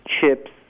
chips